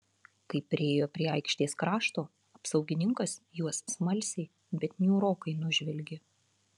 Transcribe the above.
kai priėjo prie aikštės krašto apsaugininkas juos smalsiai bet niūrokai nužvelgė